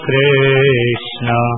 Krishna